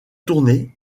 tournée